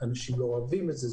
אולי אנשים לא אוהבים את זה.